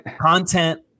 content